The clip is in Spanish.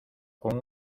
con